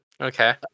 Okay